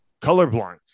colorblind